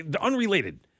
unrelated